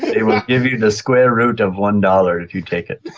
it will give you the square root of one dollar if you'd take it.